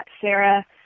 Sarah